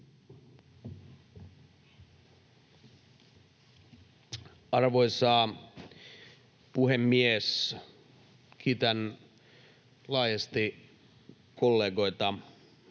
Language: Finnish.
Arvoisa puhemies! Kiitän laajasti kollegoita